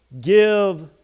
Give